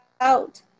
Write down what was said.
out